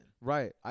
Right